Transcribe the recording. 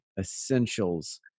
essentials